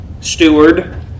steward